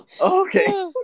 Okay